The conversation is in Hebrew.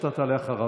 ואתה תעלה אחריו.